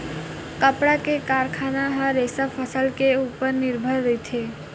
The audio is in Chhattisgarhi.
कपड़ा के कारखाना ह रेसा फसल के उपर निरभर रहिथे